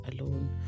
alone